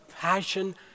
passion